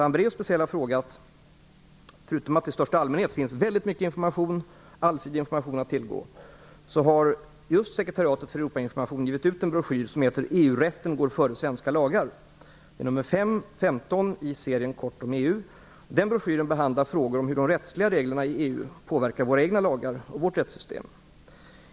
Den är också översatt till åtta olika språk. Vidare står den särskilda telefonpanelen till förfogande för svar på alla frågor mellan kl. 9.00 och 21.00 under veckans alla dagar. Det finns alltså en rikhaltig information att tillgå för dem som så önskar. Bl.a. har sekretariatet givit ut broschyren EU-rätten går före svenska lagar i serien Kort om EU. Broschyren behandlar frågor om hur de rättsliga reglerna i EU påverkar våra egna lagar och vårt rättssystem.